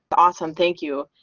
but awesome. thank you.